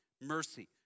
mercy